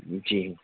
جی